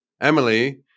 Emily